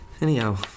Anyhow